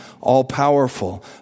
all-powerful